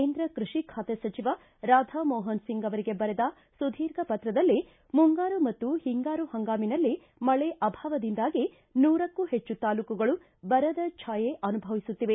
ಕೇಂದ್ರ ಕೃಷಿ ಖಾತೆ ಸಚಿವ ರಾಧಾಮೋಹನ್ ಸಿಂಗ್ ಅವರಿಗೆ ಸುದೀರ್ಘ ಪತ್ರದಲ್ಲಿ ಮುಂಗಾರು ಮತ್ತು ಹಿಂಗಾರು ಹಂಗಾಮಿನಲ್ಲಿ ಮಳೆ ಅಭಾವದಿಂದಾಗಿ ನೂರಕ್ಕೂ ಹೆಚ್ಚು ತಾಲೂಕುಗಳು ಬರದ ಛಾಯೆ ಅನುಭವಿಸುತ್ತಿದೆ